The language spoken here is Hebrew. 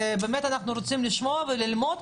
אנחנו רוצים לשמוע וללמוד.